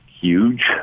huge